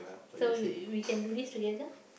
so we we can do this together